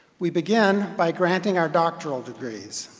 we begin by granting our doctoral degrees.